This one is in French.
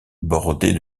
bordée